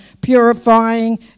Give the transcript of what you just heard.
purifying